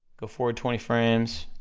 go forward twenty frames,